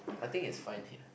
I think it's fine here